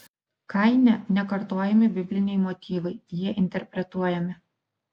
kaine nekartojami bibliniai motyvai jie interpretuojami